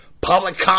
public